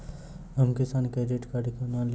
हम Kisan credit card कोना ली?